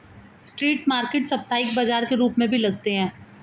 street market साप्ताहिक बाजार के रूप में भी लगते हैं